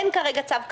אין כרגע צו כזה.